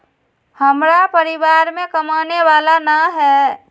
हमरा परिवार में कमाने वाला ना है?